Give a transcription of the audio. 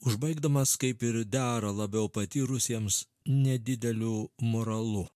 užbaigdamas kaip ir dera labiau patyrusiems nedideliu moralu